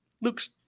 looks